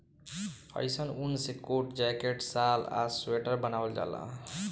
अइसन ऊन से कोट, जैकेट, शाल आ स्वेटर बनावल जाला